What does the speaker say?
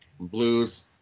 Blues